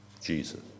Jesus